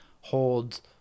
holds